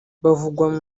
bavugwa